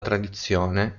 tradizione